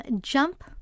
Jump